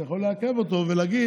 אתה יכול לעכב אותו ולהגיד,